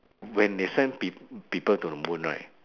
when they send peo~ people to the moon right